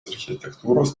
architektūros